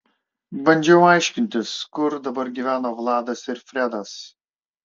bandžiau aiškintis kur dabar gyveno vladas ir fredas